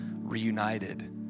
reunited